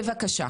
בבקשה.